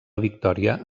victòria